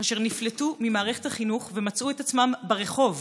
אשר נפלטו ממערכת החינוך ומצאו את עצמם ברחוב.